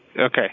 Okay